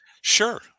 sure